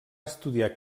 estudiar